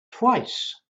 twice